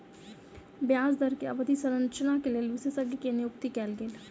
ब्याज दर के अवधि संरचना के लेल विशेषज्ञ के नियुक्ति कयल गेल